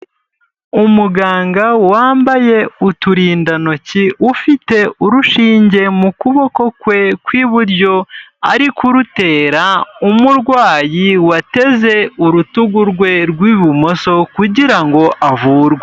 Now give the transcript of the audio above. Umuganga wambaye uturindantoki, ufite urushinge mu kuboko kwe kw'iburyo, ari kurutera umurwayi, wateze urutugu rwe rw'ibumoso, kugira ngo avurwe.